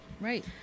right